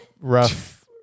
rough